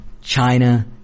China